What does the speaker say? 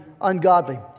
ungodly